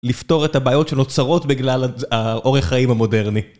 לפתור את הבעיות שנוצרות בגלל האורח חיים המודרני.